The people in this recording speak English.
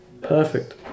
perfect